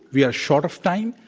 we are short of time.